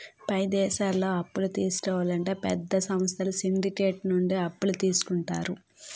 పై దేశాల్లో అప్పులు తీసుకోవాలంటే పెద్ద సంస్థలు సిండికేట్ నుండి అప్పులు తీసుకుంటారు